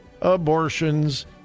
abortions